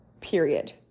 period